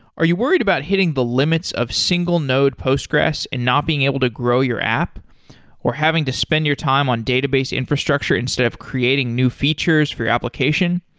are you worried about hitting the limits of single node postgres and not being able to grow your app or having to spend your time on database infrastructure instead of creating new features for you application?